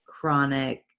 chronic